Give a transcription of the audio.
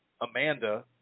Amanda